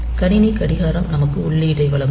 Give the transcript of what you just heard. கணினி கடிகாரம் நமக்கு உள்ளீட்டை வழங்கும்